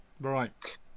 Right